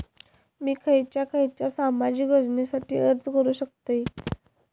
मी खयच्या खयच्या सामाजिक योजनेसाठी अर्ज करू शकतय?